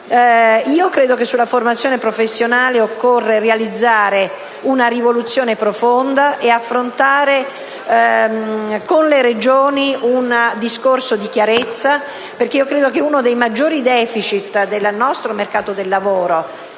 Credo che sulla formazione professionale occorra realizzare una rivoluzione profonda e affrontare con le Regioni un discorso di chiarezza, perché credo che uno dei maggiori *deficit* del nostro mercato del lavoro